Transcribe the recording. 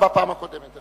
זה אמרת בפעם הקודמת.